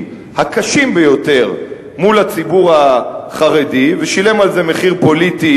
הקשים ביותר מול הציבור החרדי ושילם על זה מחיר פוליטי,